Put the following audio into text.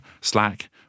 Slack